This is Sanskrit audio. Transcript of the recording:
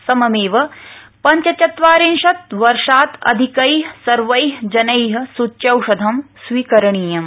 सममेव पञ्चचत्वारिंशत् वर्षात् अधिकै सर्वै जनै सूच्यौषधं स्वीकरणीयम्